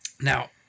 Now